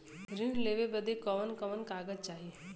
ऋण लेवे बदे कवन कवन कागज चाही?